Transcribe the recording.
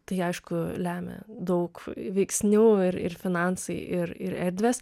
tai aišku lemia daug veiksnių ir ir finansai ir ir erdvės